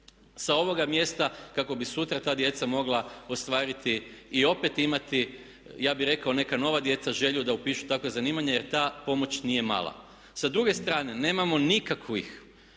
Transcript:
sa ovoga mjesta kako bi sutra ta djeca mogla ostvariti i opet imati ja bih rekao neka nova djeca želju da upišu takva zanimanja jer ta pomoć nije mala. Sa druge strane, nemamo nikakvih